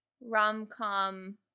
rom-com